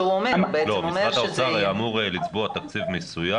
משרד האוצר היה אמור לצבוע תקציב מסוים.